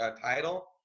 title